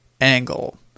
angle